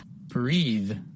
Breathe